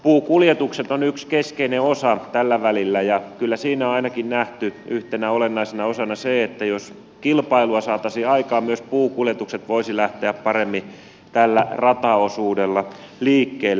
puukuljetukset ovat yksi keskeinen osa tällä välillä ja kyllä siinä on ainakin nähty yhtenä olennaisena osana se että jos kilpailua saataisiin aikaan myös puukuljetukset voisivat lähteä paremmin tällä rataosuudella liikkeelle